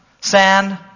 sand